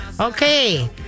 Okay